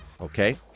Okay